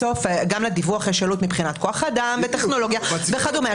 בסוף גם לדיווח יש עלות מבחינת כוח האדם וטכנולוגיה וכדומה.